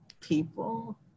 people